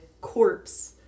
corpse